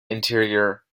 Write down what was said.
interior